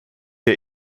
der